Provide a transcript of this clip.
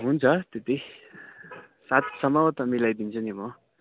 हुन्छ त्यति सातसम्म त मिलाइदिन्छु नि म